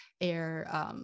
air